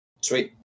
Sweet